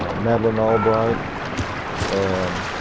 ah madeleine albright um